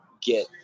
get